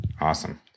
Awesome